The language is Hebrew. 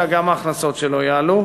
אלא גם ההכנסות לא יעלו.